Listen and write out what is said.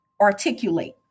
articulate